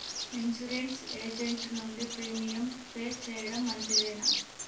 Insurance agent నుండి premium pay చేయడం మంచిదేనా?